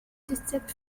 detect